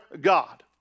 God